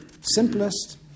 simplest